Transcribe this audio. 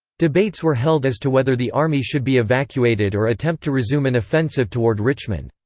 debates were held as to whether the army should be evacuated or attempt to resume an offensive toward richmond.